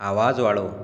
आवाज वाढव